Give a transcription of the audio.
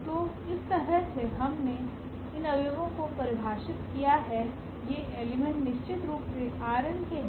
तो इस तरह से हमने इन अव्यवो को परिभाषित किया है ये एलिमेंट निश्चित रूप से Rn के हैं